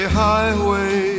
highway